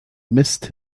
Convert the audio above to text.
missed